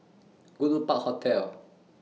Goodwood Park Hotel